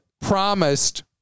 promised